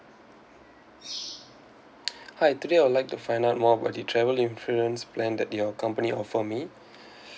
hi today I would like to find out more about the travel insurance plan that your company offer me